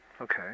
Okay